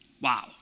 Wow